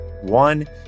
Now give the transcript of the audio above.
One